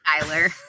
Tyler